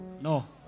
No